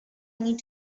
need